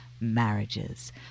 Marriages